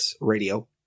Radio